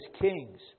kings